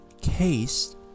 case